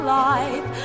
life